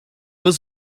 was